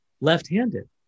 left-handed